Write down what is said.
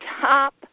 top